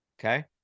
Okay